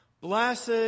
Blessed